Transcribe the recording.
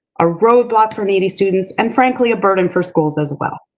a roadblock for needy students and frankly, a burden for schools as well.